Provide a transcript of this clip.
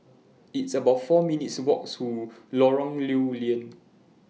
It's about four minutes' Walk to Lorong Lew Lian